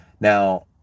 now